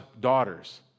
daughters